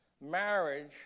marriage